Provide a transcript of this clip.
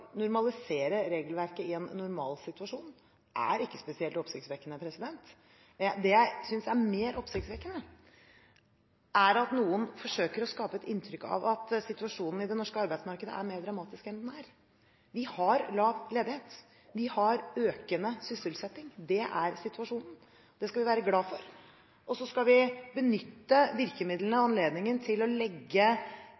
normalisere regelverket i en normalsituasjon er ikke spesielt oppsiktsvekkende. Det jeg synes er mer oppsiktsvekkende, er at noen forsøker å skape et inntrykk av at situasjonen i det norske arbeidsmarkedet er mer dramatisk enn den er. Vi har lav ledighet, vi har økende sysselsetting – det er situasjonen. Det skal vi være glad for. Så skal vi benytte virkemidlene og